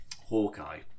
Hawkeye